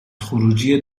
خروجی